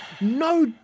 no